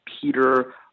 Peter